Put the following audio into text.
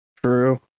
True